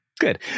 Good